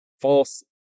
false